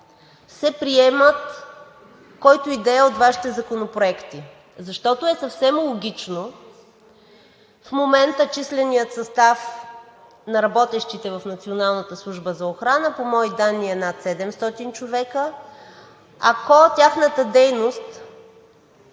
се приемат който и да от Вашите законопроекти. Защото е съвсем логично в момента численият състав на работещите в Националната служба за охрана, по мои данни е над 700 човека, ако тяхната дейност